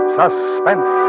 suspense